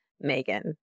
Megan